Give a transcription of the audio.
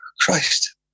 Christ